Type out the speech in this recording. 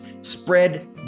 spread